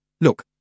Look